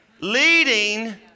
leading